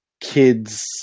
kids